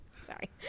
Sorry